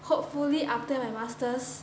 hopefully after my masters